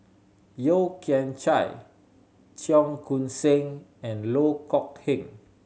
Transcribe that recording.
Yeo Kian Chai Cheong Koon Seng and Loh Kok Heng